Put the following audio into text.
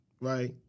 right